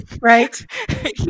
Right